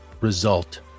Result